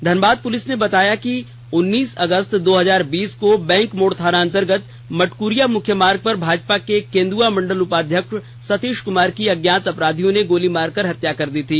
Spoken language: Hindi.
धनबाद पुलिस ने बताया कि उन्नीस अगस्त दो हजार बीस को बैंक मोड़ थाना अंतर्गत मटकुरिया मुख्य मार्ग पर भाजपा के केंद्आ मंडल उपाध्यक्ष सतीश कुमार की अज्ञात अपराधकर्मियों ने गोली मारकर हत्या कर दी थी